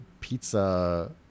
pizza